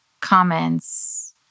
comments